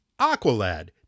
Aqualad